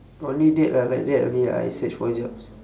only that ah like that only ah I search for jobs